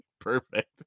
perfect